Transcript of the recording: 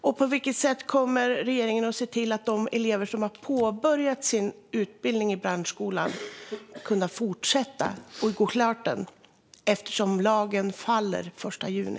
Och på vilket sätt kommer regeringen att se till att de elever som har påbörjat sin utbildning i branschskolan kan fortsätta och gå klart den? Lagen upphör ju att gälla den 1 juni.